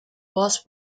wars